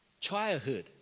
childhood